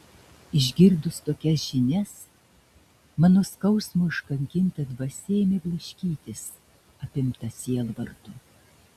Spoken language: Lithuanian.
išgirdus tokias žinias mano skausmo iškankinta dvasia ėmė blaškytis apimta sielvarto